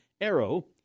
Arrow